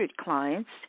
clients